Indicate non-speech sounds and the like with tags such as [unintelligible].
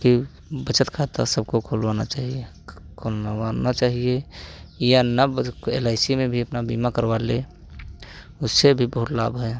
कि बचत खाता सबको खुलवाना चाहिए क खुलवाना चाहिए या ना [unintelligible] एल आई सी में भी अपना बीमा करवा ले उससे भी बहुत लाभ है